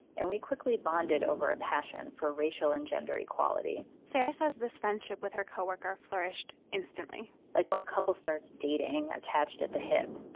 and we quickly bonded over a passion for racial and gender equality sarah says this friendship with her co-worker flourished instantly like when a couple starts dating attached at the hip.